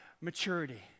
maturity